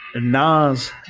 Nas